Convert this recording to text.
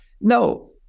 No